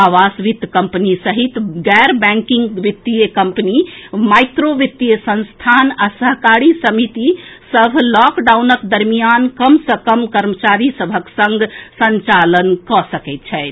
आवास वित्त कम्पनी सहित गैर बैंकिंग वित्तीय कम्पनी माईक्रो वित्तीय संस्थान आ सहकारी समिति सभ लॉकडाउनक दरमियान कम सँ कम कर्मचारी सभक संग संचालन कऽ सकैत छथि